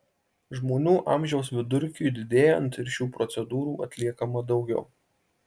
žmonių amžiaus vidurkiui didėjant ir šių procedūrų atliekama daugiau